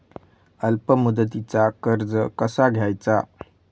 अल्प मुदतीचा कर्ज कसा घ्यायचा?